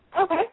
Okay